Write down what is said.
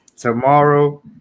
tomorrow